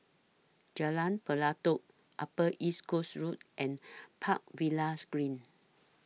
Jalan Pelatok Upper East Coast Road and Park Villas Green